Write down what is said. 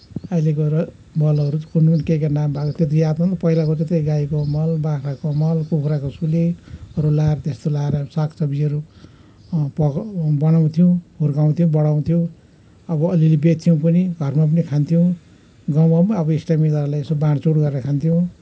अहिलेको मलहरू कुन कुन के के नाम भएको त्यति याद पनि पहिलाको त त्यही गाईको मल बाख्राको मल कुखुराको सुली रूला त्यस्तो लाएर सागसब्जीहरू पका बनाउँथ्यौँ हुर्काउँथ्यौँ बढाउँथ्यौँ अब अलिअलि बेच्थ्यौँ पनि घरमा पनि खान्थ्यौँ गाउँमा पनि अब इष्टमित्रहरूलाई यसो बाँडचुँड गरेर खान्थ्यौँ